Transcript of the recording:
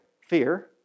fear